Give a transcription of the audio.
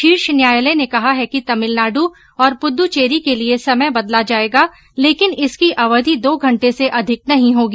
शीर्ष न्यायालय ने कहा है कि तमिलनाडु और पुद्दचेरी के लिए समय बदला जाएगा लेकिन इसकी अवधि दो घंटे से अधिक नहीं होगी